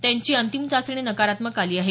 त्यांची अंतिम चाचणी नकारात्मक आली आहे